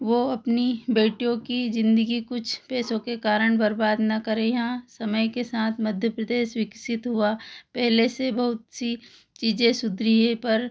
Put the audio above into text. वह अपनी बेटियों की ज़िंदगी कुछ पैसों के कारण बर्बाद ना करे यहाँ समय के साथ मध्य प्रदेश विकसित हुआ पहले से बहुत सी चीज़ें सुधरी है पर